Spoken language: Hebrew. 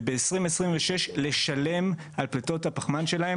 וב-2026 לשלם על הפליטות האלה,